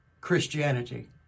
Christianity